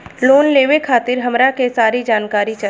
Loan लेवे खातीर हमरा के सारी जानकारी चाही?